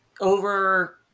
over